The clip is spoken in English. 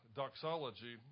doxology